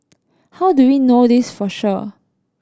how do we know this for sure